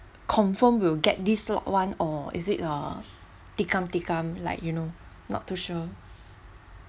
confirm will get this slot one or is it ah tikam tikam like you know not too sure